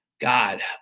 God